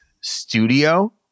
studio